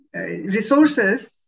resources